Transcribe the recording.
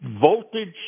voltage